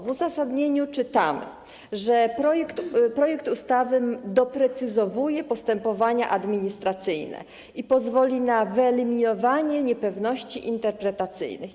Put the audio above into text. W uzasadnieniu czytamy, że projekt ustawy doprecyzowuje postępowania administracyjne i pozwoli na wyeliminowanie niepewności interpretacyjnych.